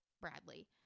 Bradley